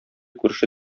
күрше